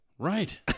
Right